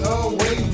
away